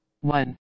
one